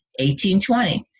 1820